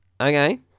okay